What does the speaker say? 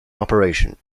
operation